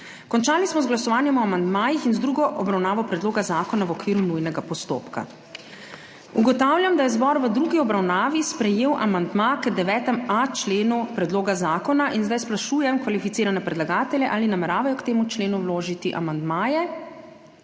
Končali smo z glasovanjem o amandmajih in z drugo obravnavo predloga zakona v okviru nujnega postopka. Ugotavljam, da je zbor v drugi obravnavi sprejel amandma k 9.a členu Predloga zakona. In zdaj sprašujem kvalificirane predlagatelje, ali nameravajo k temu členu vložiti amandmaje?